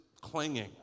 clinging